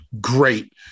great